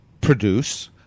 produce